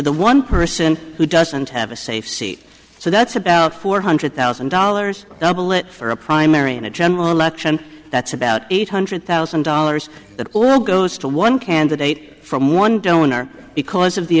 the one person who doesn't have a safe seat so that's about four hundred thousand dollars for a primary in a general election that's about eight hundred thousand dollars that all goes to one candidate from one donor because of the